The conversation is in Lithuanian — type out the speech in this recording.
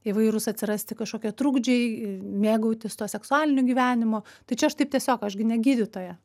įvairūs atsirasti kažkokie trukdžiai mėgautis tuo seksualiniu gyvenimu tai čia aš taip tiesiog aš gi ne gydytoja